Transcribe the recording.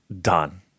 done